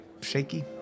shaky